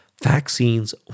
vaccines